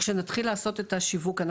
כשנתחיל לעשות את השיווק.